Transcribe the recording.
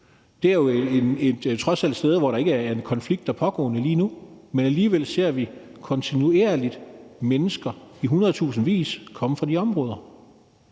det er jo trods alt steder, hvor der ikke er en konflikt, der er pågående lige nu, men alligevel ser vi kontinuerligt mennesker i hundredtusindvis komme fra de områder.